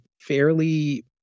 fairly